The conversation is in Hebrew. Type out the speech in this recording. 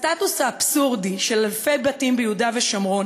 הסטטוס האבסורדי של אלפי בתים ביהודה ושומרון